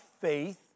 faith